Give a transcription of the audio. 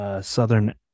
Southern